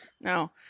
No